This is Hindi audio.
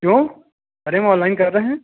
क्यों अरे हम ऑनलाइन कर रहे हैं